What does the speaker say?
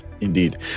Indeed